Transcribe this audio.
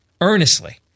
earnestly